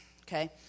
okay